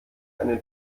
eine